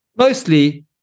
Mostly